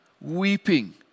weeping